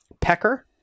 Pecker